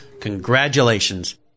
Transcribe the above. congratulations